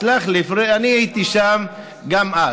סלח לי, אני הייתי שם גם אז.